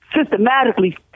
systematically